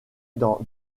dans